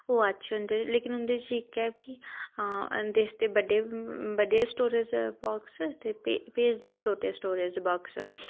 ओह् अच्छे होंदे लेकिन उंदे च इक्के कि उंदे आस्तै बड्डे बड्डे स्टोरेज बाॅक्स ते भेजदे छोटे स्टोरेज बाॅक्स